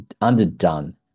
underdone